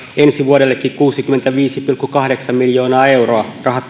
ensi vuodellekin kuusikymmentäviisi pilkku kahdeksan miljoonaa euroa rahat